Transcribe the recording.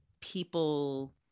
people